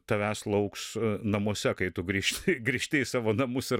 tavęs lauks namuose kai tu grįžti grįžti į savo namus ir